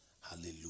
Hallelujah